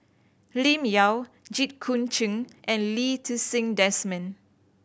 Lim Yau Jit Koon Ch'ng and Lee Ti Seng Desmond